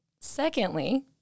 Secondly